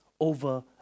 over